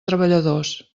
treballadors